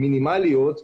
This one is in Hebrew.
חריגות מינימליות,